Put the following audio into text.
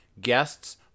guests